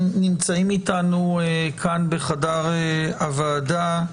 נמצאים איתנו כאן בחדר הוועדה,